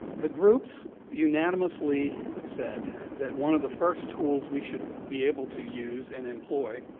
the groups unanimously said that one of the first tools we should be able to use, and employ,